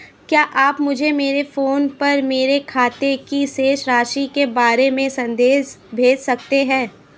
क्या आप मुझे मेरे फ़ोन पर मेरे खाते की शेष राशि के बारे में संदेश भेज सकते हैं?